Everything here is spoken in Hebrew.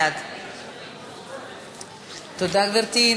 בעד תודה, גברתי.